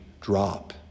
drop